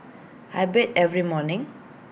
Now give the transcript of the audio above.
I bathe every morning